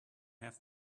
have